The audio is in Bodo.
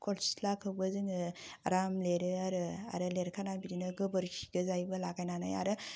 खौबो जोङो आराम लिरो आरो आरो लिरखांनानै बिदिनो गोबोरखि गोजायैबो लागायनानै आरो